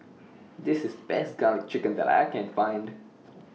This IS Best Garlic Chicken that I Can Find